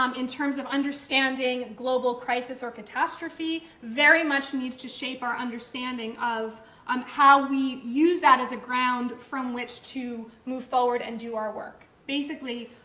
um in terms of understanding global crisis or catastrophe very much needs to shape our understanding of um how we use that as a ground from which to move forward and do our work basically,